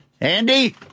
Andy